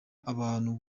abantu